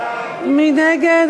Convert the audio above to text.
מי נגד?